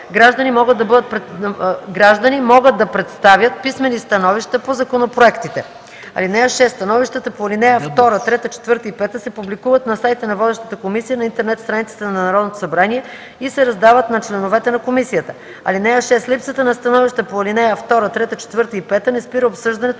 Граждани могат да представят писмени становища по законопроектите. (6) Становищата по ал. 2, 3, 4 и 5 се публикуват на сайта на водещата комисия на интернет страницата на Народното събрание и се раздават на членовете на комисията. (7) Липсата на становища по ал. 2, 3, 4 и 5 не спира обсъждането